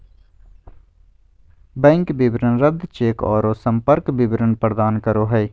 bank विवरण रद्द cheque औरो संपर्क विवरण प्रदान करो हइ